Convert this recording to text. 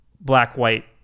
black-white